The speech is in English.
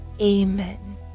Amen